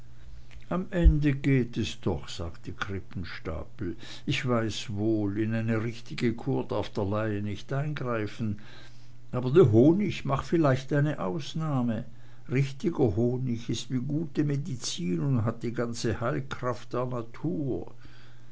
am ende geht es doch sagte krippenstapel ich weiß wohl in eine richtige kur darf der laie nicht eingreifen aber der honig macht vielleicht ne ausnahme richtiger honig ist wie gute medizin und hat die ganze heilkraft der natur